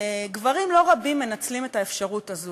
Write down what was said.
גברים לא רבים מנצלים את האפשרות הזאת,